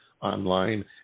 Online